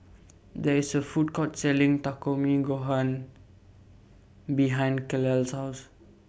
There IS A Food Court Selling Gohan behind Kael's House